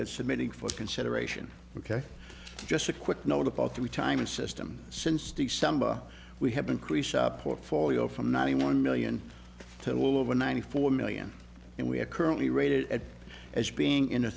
had submitted for consideration ok just a quick note about three times system since december we have been creased up portfolio from ninety one million to well over ninety four million and we are currently rated as being in the